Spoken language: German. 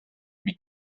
wie